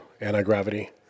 Anti-Gravity